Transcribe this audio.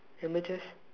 ah my chess